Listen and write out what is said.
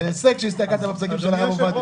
זה הישג שהסתכלת בפסקים של הרב עובדיה.